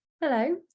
Hello